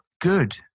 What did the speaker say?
Good